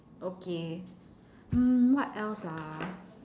okay mm what else ah